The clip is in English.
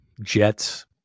Jets